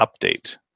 update